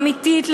אמיתית,